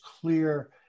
clear